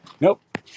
Nope